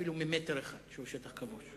אפילו ממטר אחד שהוא שטח כבוש.